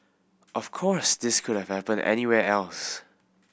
of course this could have happened anywhere else